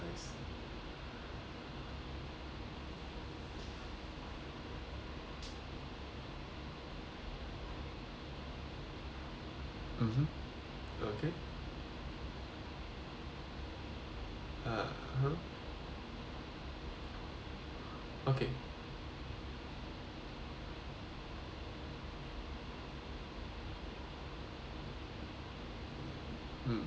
mmhmm okay mmhmm okay